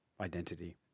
identity